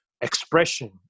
expression